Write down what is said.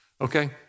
okay